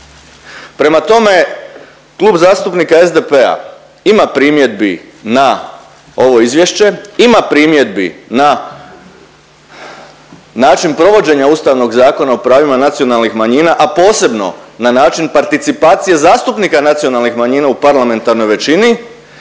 Prema tome, Klub zastupnika SDP-a ima primjedbi na ovo izvješće, ima primjedbi na način provođenja Ustavnog zakona o pravima nacionalnih manjina, a posebno na način participacije zastupnika nacionalnih manjina u parlamentarnoj većini,